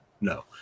no